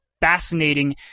fascinating